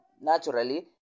naturally